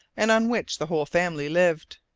and on which the whole family lived.